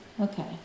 Okay